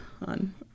On